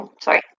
Sorry